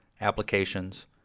applications